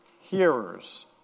hearers